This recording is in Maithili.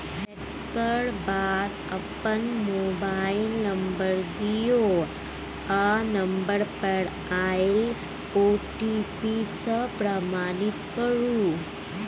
तकर बाद अपन मोबाइल नंबर दियौ आ नंबर पर आएल ओ.टी.पी सँ प्रमाणित करु